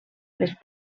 les